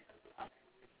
ya